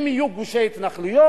אם יהיו גושי התנחלויות,